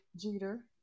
Jeter